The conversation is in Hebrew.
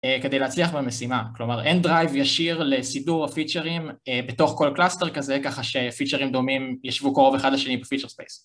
כדי להצליח במשימה, כלומר אין דרייב ישיר לסידור הפיצ'רים בתוך כל קלאסטר כזה, ככה שפיצ'רים דומים ישבו קרוב אחד לשני בפיצ'ר ספייס